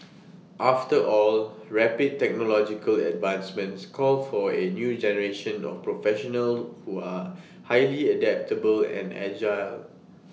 after all rapid technological advancements calls for A new generation of professionals who are highly adaptable and agile